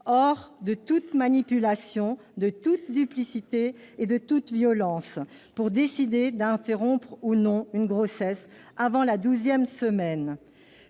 hors de toute manipulation, de toute duplicité et de toute violence, pour décider d'interrompre ou non une grossesse avant la douzième semaine.